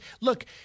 look